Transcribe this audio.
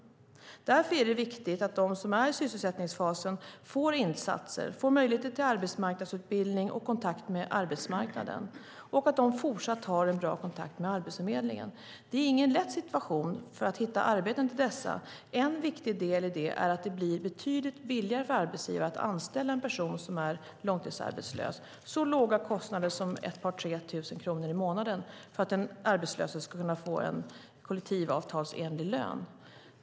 Därför är det viktigt att de som är i sysselsättningsfasen får insatser, får möjligheter till arbetsmarknadsutbildning och kontakt med arbetsmarknaden och att de fortsatt har en bra kontakt med Arbetsförmedlingen. Det är ingen lätt situation att hitta arbeten till dessa. En viktig del är att det blir betydligt billigare för arbetsgivare att anställa en person som är långtidsarbetslös - så låga kostnader som ett par, tre tusen kronor i månaden för att den arbetslöse ska kunna få en kollektivavtalsenlig lön.